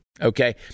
Okay